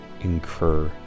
incur